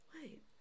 Wait